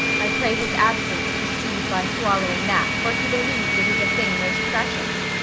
i pray his absence proceed by swallowing that for he believes it is a thing most precious.